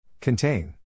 Contain